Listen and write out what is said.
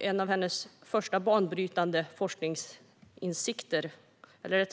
En av hennes första banbrytande forskningsinsikter, eller